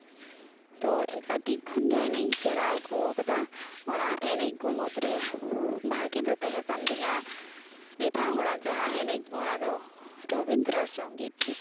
ᱛᱚ ᱠᱟᱹᱴᱤᱡ ᱠᱷᱚᱱ ᱜᱮ ᱮᱱᱮᱡ ᱤᱧ ᱥᱮᱬᱟ ᱟᱜᱩᱣ ᱟᱠᱟᱫᱟ ᱚᱱᱟ ᱮᱱᱮᱡ ᱠᱚ ᱢᱩᱫᱽ ᱨᱮ ᱵᱷᱟᱹᱜᱤ ᱫᱚ ᱛᱟᱦᱮᱸ ᱠᱟᱱ ᱛᱤᱧᱟᱹ ᱮᱴᱟᱜ ᱦᱚᱲᱟᱜ ᱡᱟᱦᱟᱸ ᱮᱱᱮᱡ ᱚᱱᱟ ᱫᱚ ᱨᱚᱵᱤᱱᱫᱨᱚ ᱥᱚᱝᱜᱤᱛ